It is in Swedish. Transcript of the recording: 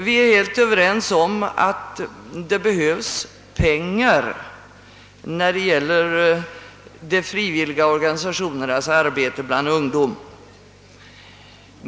Vi är helt på det klara med att det behövs pengar till de frivilliga organisationernas arbete bland ungdom.